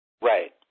Right